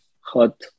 hot